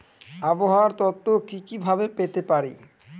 আবহাওয়ার তথ্য কি কি ভাবে পেতে পারি?